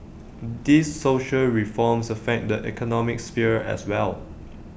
these social reforms affect the economic sphere as well